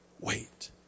wait